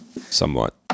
somewhat